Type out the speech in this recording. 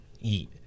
eat